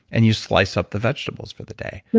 and you slice up the vegetables for the day.